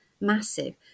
Massive